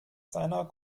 seiner